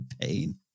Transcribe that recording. Pain